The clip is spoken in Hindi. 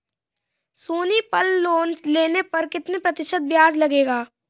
सोनी पल लोन लेने पर कितने प्रतिशत ब्याज लगेगा?